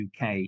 UK